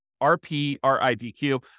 R-P-R-I-D-Q